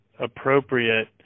appropriate